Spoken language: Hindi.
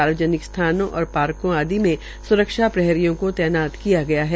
सार्वजनिक स्थानों और पार्को आदि में स्रक्षा प्रहरियों को तैनात किया गया है